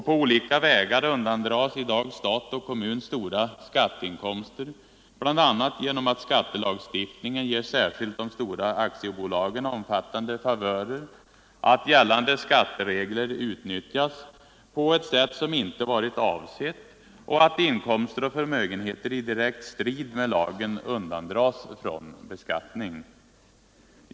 På olika vägar undandras i dag stat och kommun stora skatteinkomster, bl.a. genom att skattelagstiftningen ger särskilt de stora aktiebolagen omfattande favörer, att gällande skatteregler utnyttjas på ett sätt som inte varit avsett och att inkomster och förmögenheter i direkt strid med lagen undandras från beskattning.